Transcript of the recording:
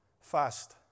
fast